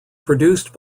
produced